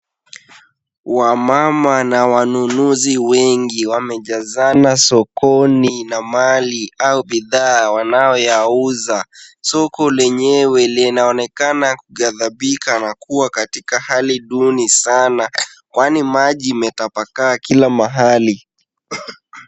Wamama na wanunuzi wengi wamejazana sokoni na mali au bidhaa wanayoyauza. Soko lenyewe linaonekana kughadhabika na kuwa katika hali duni sana, kwani maji imetapakaa kila mahali.